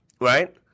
right